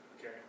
Okay